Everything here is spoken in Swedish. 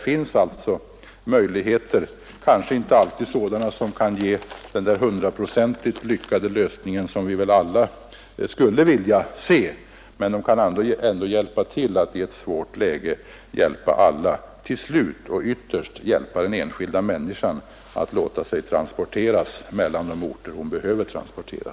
Man kan kanske inte åstadkomma den där hundraprocentigt lyckade trafiklösningen, som väl alla skulle önska, men vi kan ändå bidra till att i ett svårt läge hjälpa den enskilda människan att förflytta sig mellan de orter dit hon behöver komma.